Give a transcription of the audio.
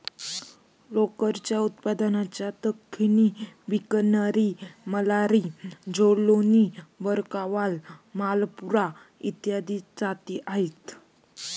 लोकरीच्या उत्पादनाच्या दख्खनी, बिकनेरी, बल्लारी, जालौनी, भरकवाल, मालपुरा इत्यादी जाती आहेत